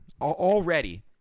already